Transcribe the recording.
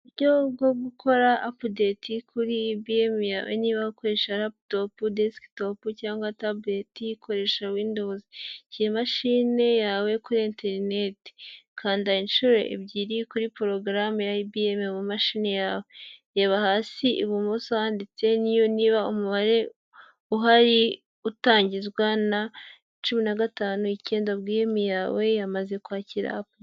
Uburyo bwo gukora apudeti kuri ibiyumu yawe niba ukoresha laputopu disikitopu cyangwa tabo ikoresha windo, iyimashine yawe kuri interineti kanda inshuro ebyiri kuri porogaramu ya ibiyemewe mu mumashini yawe, reba hasi ibumoso handitse niyo niba umubare uhari utangizwa na cumi na gatanu icyenda gum yawe yamaze kwakira.